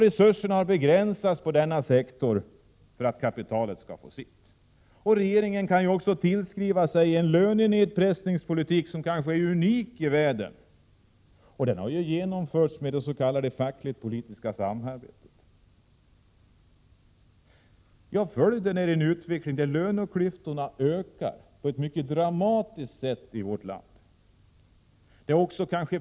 Resurserna inom denna sektor har begränsats för att kapitalet skall få sitt. Regeringen kan också tillskriva sig en lönenedpressningspolitik som kanske är unik i världen, och den har genomförts med s.k. facklig-politisk samverkan. Följden är en utveckling där löneklyftorna ökar mycket dramatiskt i vårt land.